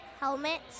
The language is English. helmets